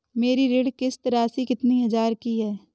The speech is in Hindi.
मेरी ऋण किश्त राशि कितनी हजार की है?